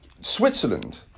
Switzerland